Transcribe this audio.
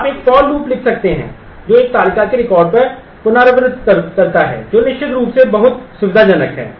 आप एक for loop लिख सकते हैं जो एक तालिका के रिकॉर्ड पर पुनरावृत्त करता है जो निश्चित रूप से बहुत सुविधाजनक है